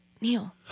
Neil